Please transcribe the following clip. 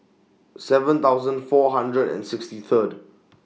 seven thousand four hundred and sixty Third